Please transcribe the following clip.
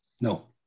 No